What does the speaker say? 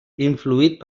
influït